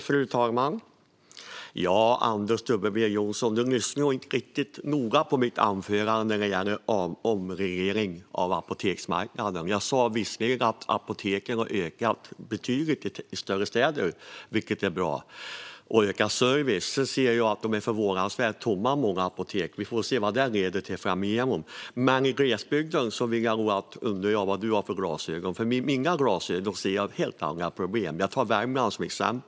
Fru talman! Anders W Jonsson lyssnade inte riktigt så noga på mitt anförande när det gäller omregleringen av apoteksmarknaden. Jag sa visserligen att apoteken har ökat betydligt i antal i större städer och ger ökad service, vilket är bra, men jag ser att många apotek är förvånansvärt tomma. Vi får se vad det leder till. Jag undrar med vilka glasögon du ser på glesbygden, Anders W Jonsson. Jag ser helt andra problem med mina glasögon. Jag tar Värmland som ett exempel.